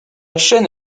chaîne